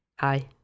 Hi